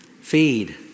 Feed